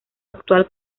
actual